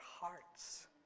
hearts